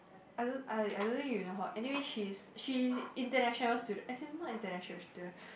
I don't I I don't even know you know her anyway she's she international student as in not international student